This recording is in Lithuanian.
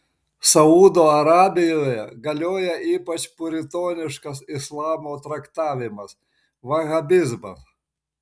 saudo arabijoje galioja ypač puritoniškas islamo traktavimas vahabizmas